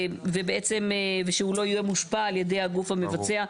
ושבעצם הוא לא יהיה מושפע על ידי הגוף המבצע.